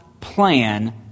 plan